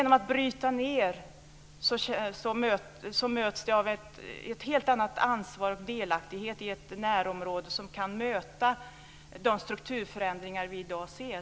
Om man bryter ned makten kan de enskilda människorna få ett helt annat ansvar och en helt annan delaktighet, i ett närområde som kan möta de strukturförändringar vi i dag ser.